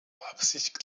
absichten